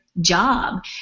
job